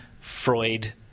Freud